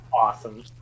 awesome